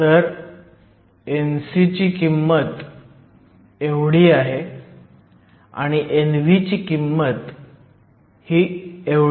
तर Nc22πmekTh232 आणि Nv22πmhkTh232